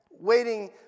waiting